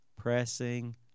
pressing